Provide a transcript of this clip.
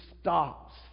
stops